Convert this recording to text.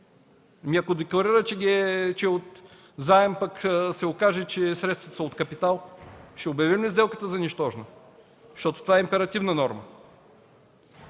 ако декларира, че са от заем, пък се окаже, че средствата са от капитал – ще обявим ли сделката за нищожна? Защото това е императивна норма.